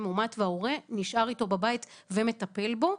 מאומת וההורה נשאר איתו בבית ומטפל בו,